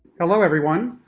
hello everyone,